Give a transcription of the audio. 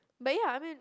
but ya I mean